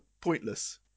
Pointless